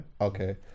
Okay